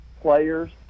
players